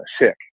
sick